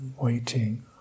waiting